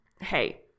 hey